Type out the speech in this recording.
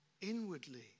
inwardly